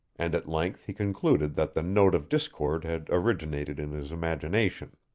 and at length he concluded that the note of discord had originated in his imagination.